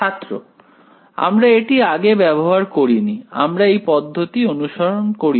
ছাত্র আমরা এটি আগে ব্যবহার করিনি আমরা এই পদ্ধতি অনুসরণ করিনি